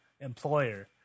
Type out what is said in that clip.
employer